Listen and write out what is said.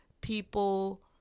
People